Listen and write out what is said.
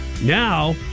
Now